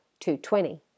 2.20